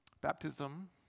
Baptism